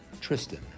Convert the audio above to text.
Tristan